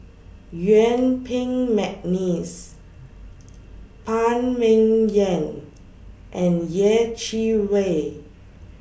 Yuen Peng Mcneice Phan Ming Yen and Yeh Chi Wei